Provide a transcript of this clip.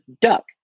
duck